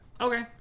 Okay